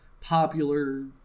popular